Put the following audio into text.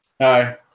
Hi